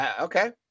Okay